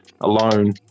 alone